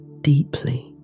deeply